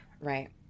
Right